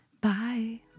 Bye